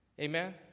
amen